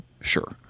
sure